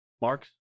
marks